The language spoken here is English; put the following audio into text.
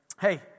hey